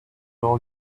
all